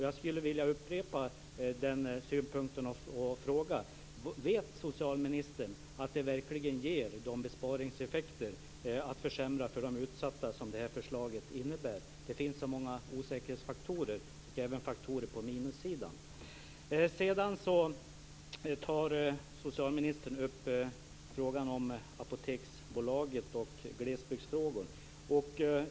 Jag skulle vilja upprepa den synpunkten och fråga: Vet socialministern att förslaget verkligen ger de besparingseffekterna när man nu försämrar för de utsatta, som ju det här förslaget innebär? Det finns så många osäkerhetsfaktorer och även faktorer på minussidan. Sedan tar socialministern upp frågan om Apoteksbolaget och glesbygdsfrågor.